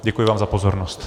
Děkuji vám za pozornost.